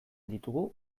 ditugu